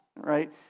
Right